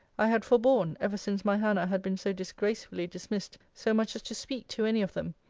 i had forborn, ever since my hannah had been so disgracefully dismissed, so much as to speak to any of them,